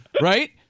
right